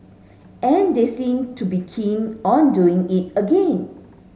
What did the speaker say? and they seem to be keen on doing it again